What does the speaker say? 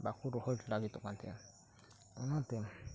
ᱵᱟᱠᱚ ᱨᱚᱦᱚᱭ ᱞᱟᱹᱜᱤᱫᱚᱜ ᱠᱟᱱ ᱛᱟᱦᱮᱱᱟ ᱚᱱᱟᱛᱮ